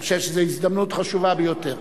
אני חושב שזו הזדמנות חשובה ביותר.